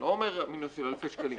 אני לא אומר מינוס של אלפי שקלים.